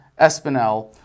Espinel